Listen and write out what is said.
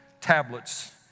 tablets